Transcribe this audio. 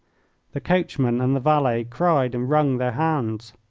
the coachman and the valet cried and wrung their hands.